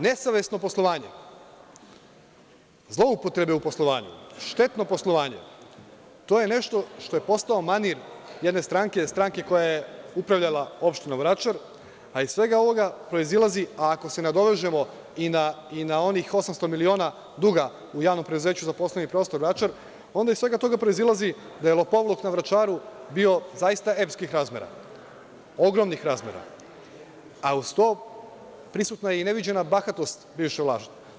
Dakle, nesavesno poslovanje, zloupotrebe u poslovanju, štetno poslovanje, to je nešto što je postao manir jedne stranke, stranke koja je upravljala opštinom Vračar, a iz svega ovog proizilazi, a ako se nadovežemo i na onih 800 miliona duga u javnom preduzeću za poslovni prostor Vračar, onda iz svega toga proizilazi da je lopovluk na Vračaru bio zaista epskih razmera, ogromnih razmera, a uz to prisutna je i neviđena bahatost bivše vlasti.